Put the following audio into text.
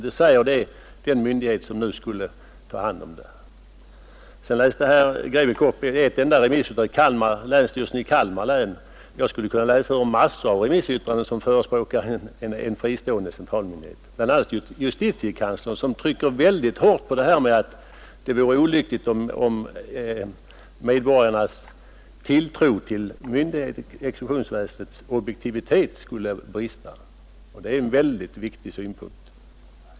Det säger den myndighet som nu avses skola ta hand om detta. Sedan läste herr Grebäck upp delar av ett enda remissyttrande — det från länsstyrelsen i Kalmar län. Jag skulle kunna läsa ur massor av remissyttranden som förespråkar en fristående, central myndighet. Bl. a. justitiekanslern trycker mycket hårt på att det vore olyckligt om medborgarnas tilltro till exekutionsväsendets objektivitet skulle svikta. Det är en väldigt viktig synpunkt.